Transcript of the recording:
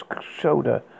shoulder